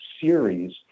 series